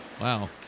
Wow